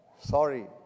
sorry